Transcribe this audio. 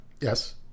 Yes